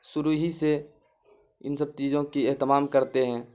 شروع ہی سے ان سب چیزوں کی اہتمام کرتے ہیں